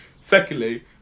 Secondly